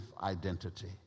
identity